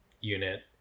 unit